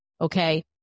Okay